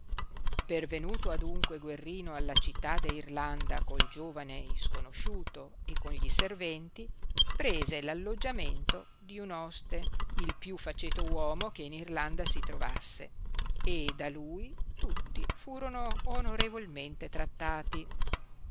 pervenuto adunque guerrino alla città de irlanda col giovane isconosciuto e con gli serventi prese alloggiamento di un oste il più faceto uomo che in irlanda si trovasse e da lui tutti furono onorevolmente trattati